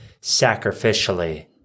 sacrificially